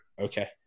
okay